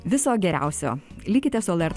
viso geriausio likite su lrt